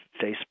Facebook